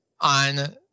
on